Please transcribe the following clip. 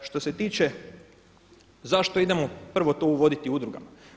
Što se tiče zašto idemo prvo to uvoditi u udrugama?